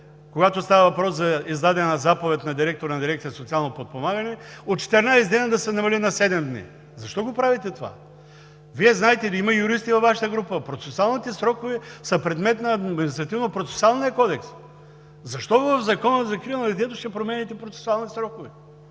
когато става въпрос за издадена заповед на директора на дирекция „Социално подпомагане“, от 14 дни да се намали на 7 дни. Защо го правите това? Вие знаете ли, има юристи във Вашата група – процесуалните срокове са предмет на Административнопроцесуалния кодекс? Защо в Закона за закрила на детето ще променяте процесуални срокове